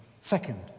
Second